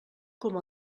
com